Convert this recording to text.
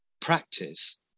practice